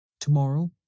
Tomorrow